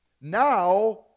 Now